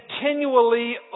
Continually